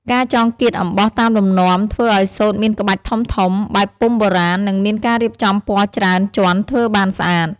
ការចងគាតអំបោះតាមលំនាំ ធ្វើឲ្យសូត្រមានក្បាច់ធំៗ បែបពុម្ពបុរាណ និងមានការរៀបចំពណ៌ច្រើនជាន់ធ្វើបានស្អាត។